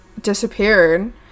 disappeared